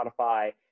spotify